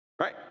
Right